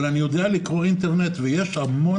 אבל אני יודע לקרוא אינטרנט ויש המון